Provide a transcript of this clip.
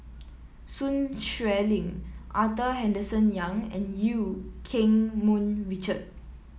Sun Xueling Arthur Henderson Young and Eu Keng Mun Richard